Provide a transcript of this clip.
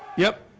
yep